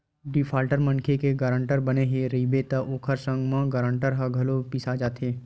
defaulter मनखे के guarantor बने रहिबे त ओखर संग म गारंटर ह घलो पिसा जाथे